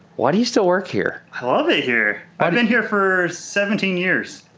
why do you still work here? i love it here. i've been here for seventeen years.